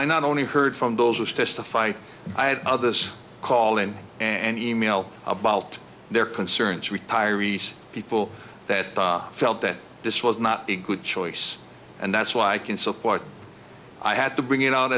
i not only heard from those testified i had others call in and e mail about their concerns retirees people that felt that this was not a good choice and that's why i can support i had to bring it out